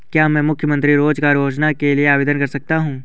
क्या मैं मुख्यमंत्री रोज़गार योजना के लिए आवेदन कर सकता हूँ?